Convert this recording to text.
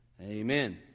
Amen